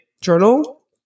journal